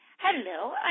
Hello